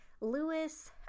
lewis